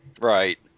Right